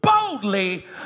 boldly